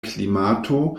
klimato